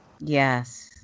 Yes